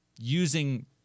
using